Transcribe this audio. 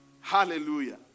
Hallelujah